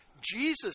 Jesus